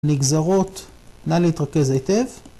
נגזרות, נא להתרכז היטב.